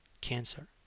cancer